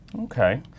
Okay